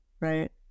Right